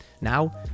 Now